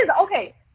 Okay